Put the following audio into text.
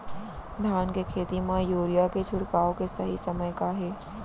धान के खेती मा यूरिया के छिड़काओ के सही समय का हे?